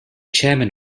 chairman